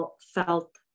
felt